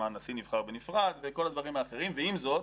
הנשיא נבחר בנפרד וכל הדברים האחרים ועם זאת,